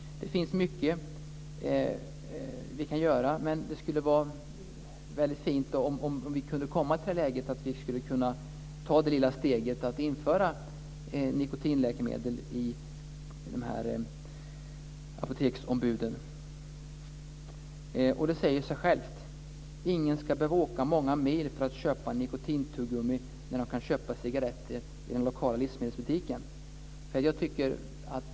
Det finns mycket som vi kan göra, men det skulle vara väldigt fint om vi kunde komma till det läget att vi skulle kunna ta det lilla steget att införa nikotinläkemedel i de här apoteksombudens sortiment. Det säger sig självt att ingen ska behöva åka många mil för att köpa nikotintuggummi när man kan köpa cigaretter i den lokala livsmedelsbutiken.